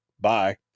bye